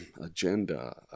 agenda